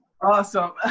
awesome